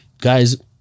guys